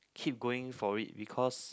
keep going for it because